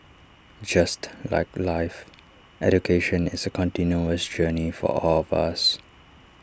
just like life education is A continuous journey for all of us